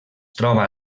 troba